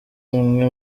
umwe